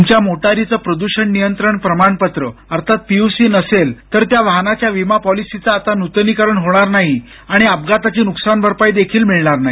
तुमच्या मोटारीचं प्रदृषण नियंत्रण प्रमाणपत्र अर्थात पीयूसी नसेल तर त्या वाहनाच्या विमा पॉलिसीचे आता नूतनीकरण होणार नाही आणि अपघाताची नुकसान भरपाई देखील मिळणार नाही